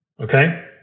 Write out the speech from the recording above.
Okay